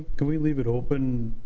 can we leave it open,